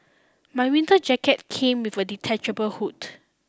my winter jacket came with a detachable hood